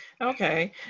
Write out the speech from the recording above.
Okay